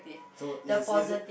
so is is it